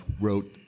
wrote